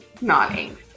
nodding